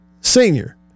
senior